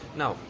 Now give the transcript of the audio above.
now